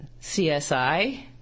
CSI